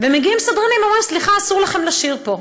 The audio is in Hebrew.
ומגיעים סדרנים ואומרים: סליחה, אסור לכם לשיר פה.